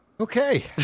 Okay